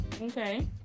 Okay